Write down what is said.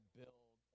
build